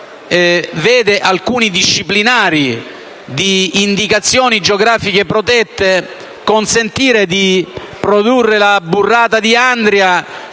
vede alcuni disciplinari di indicazioni geografiche protette consentire di produrre la burrata di Andria